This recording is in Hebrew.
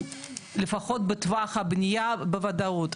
לפחות בטווח הבנייה בוודאות,